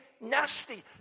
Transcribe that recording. nasty